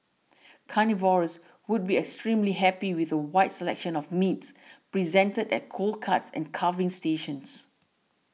carnivores would be extremely happy with a wide selection of meats presented at cold cuts and carving stations